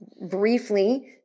briefly